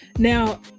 Now